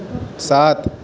سات